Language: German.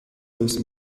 löst